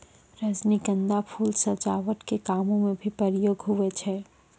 रजनीगंधा फूल सजावट के काम मे भी प्रयोग हुवै छै